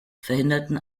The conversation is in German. verhinderten